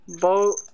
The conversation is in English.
boat